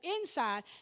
inside